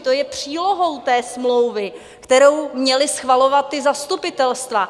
To je přílohou té smlouvy, kterou měla schvalovat ta zastupitelstva.